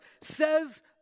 says